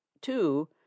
Two